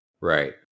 Right